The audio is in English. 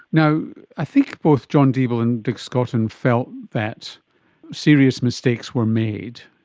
you know i think both john deeble and dick scotton felt that serious mistakes were made,